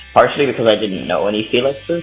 partially because i didn't know any felixes.